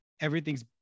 Everything's